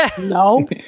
No